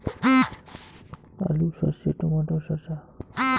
আলু সর্ষে টমেটো শসা